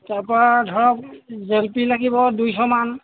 তাৰ পৰা ধৰক জেলেপী লাগিব দুইশমান